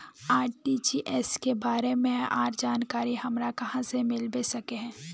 RTGS के बारे में आर जानकारी हमरा कहाँ से मिलबे सके है?